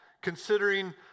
Considering